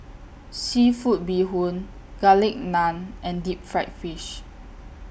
Seafood Bee Hoon Garlic Naan and Deep Fried Fish